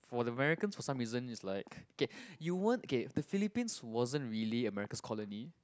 for the Americans for some reasons is like okay you won't okay the Philippines wasn't really America's colony